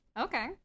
Okay